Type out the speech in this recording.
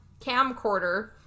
camcorder